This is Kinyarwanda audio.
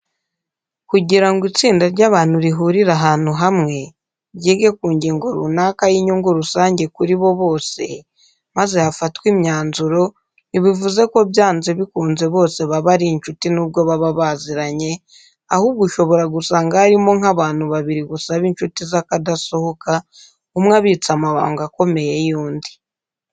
Kugira ngo itsinda ry'abantu rihurire ahantu hamwe, ryige ku ngingo runaka y'inyungu rusange kuri bo bose, maze hafatwe imyanzuro; ntibivuze ko byanze bikunze bose baba ari inshuti n'ubwo baba baziranye; ahubwo ushobora gusanga harimo nk'abantu babiri gusa b'inshuti z'akadasohoka, umwe abitse amabanga akomeye y'undi.